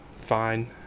fine